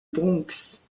bronx